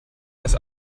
das